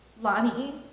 Lonnie